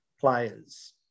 players